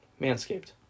Manscaped